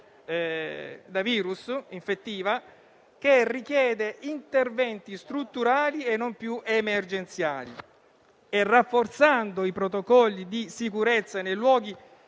da virus), che richiede interventi strutturali e non più emergenziali, rafforzando i protocolli di sicurezza nei luoghi